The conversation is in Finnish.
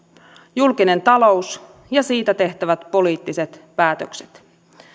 julkinen talous ja siitä tehtävät poliittiset päätökset